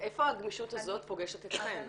אז איפה הגמישות הזאת פוגשת אתכן?